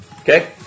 Okay